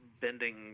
bending